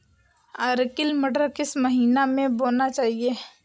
Arkel मटर किस महीना में बोना चाहिए?